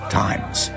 times